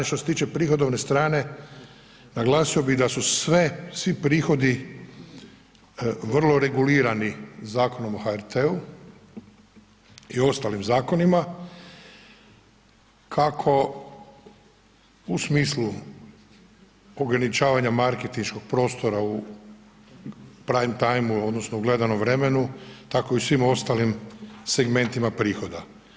Što se tiče prihodovne strane, naglasio bih da su sve, svi prihodi vrlo regulirani Zakonom o HRT-u i ostalim zakonima kako u smislu ograničavanja marketinškog prostora u prime timeu, odnosno u gledanom vremenu, tako i svim ostalim segmentima prihoda.